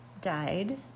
died